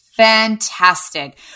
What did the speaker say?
Fantastic